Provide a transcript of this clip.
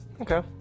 Okay